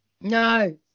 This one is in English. No